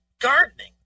Gardening